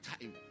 time